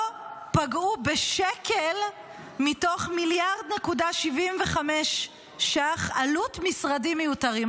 לא פגעו בשקל מתוך 1.75 מיליארד ש"ח עלות משרדים מיותרים.